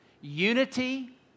Unity